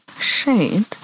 Shade